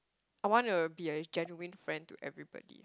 I want to be a genuine friend to everybody